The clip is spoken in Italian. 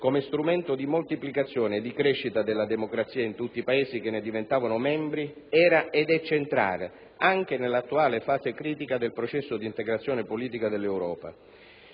come strumento di moltiplicazione e crescita della democrazia in tutti i Paesi che ne diventavano membri era ed è centrale anche nell'attuale fase critica del processo di integrazione politica dell'Europa.